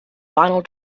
final